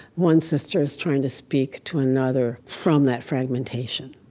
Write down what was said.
one sister is trying to speak to another from that fragmentation,